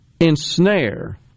ensnare